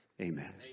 Amen